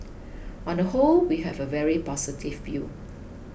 on the whole we have a very positive view